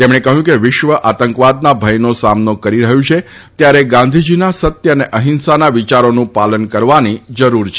તેમણે કહ્યું કે વિશ્વ આતંકવાદના ભયનો સામનો કરે છે અને ગાંધીજીના સત્ય અને અહિંસાના વિચારોનું પાલન કરવાની જરૂર છે